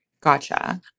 Gotcha